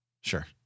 Sure